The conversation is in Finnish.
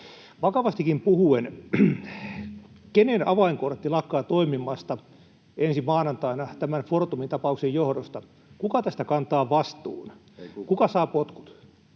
Vakavastikin puhuen: Kenen avainkortti lakkaa toimimasta ensi maanantaina tämän Fortumin tapauksen johdosta? Kuka tästä kantaa vastuun? Kuka saa potkut?